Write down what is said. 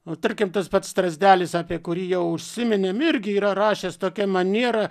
nu tarkim tas pats strazdelis apie kurį jau užsiminėm irgi yra rašęs tokia maniera